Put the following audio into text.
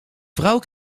vrouw